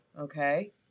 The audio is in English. Okay